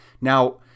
Now